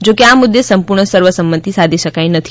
જોકે આ મુદ્દે સંપ્રર્ણ સર્વસંમતિ સાધી શકાઈ નથી